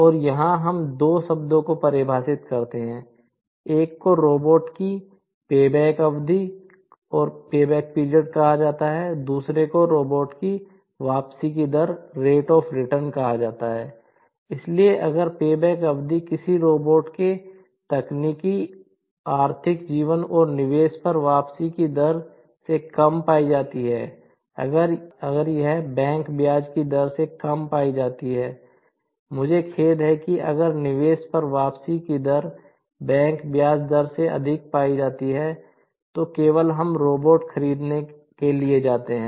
और यहाँ हम 2 शब्दों को परिभाषित करते हैं एक को रोबोट खरीदने के लिए जाते हैं